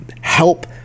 help